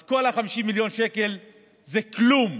אז כל ה-50 מיליון שקל זה כלום.